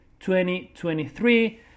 2023